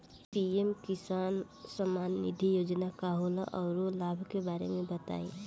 PM किसान सम्मान निधि योजना का होला औरो लाभ के बारे में बताई?